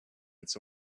its